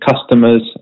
customers